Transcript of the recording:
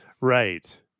Right